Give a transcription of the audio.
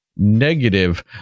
negative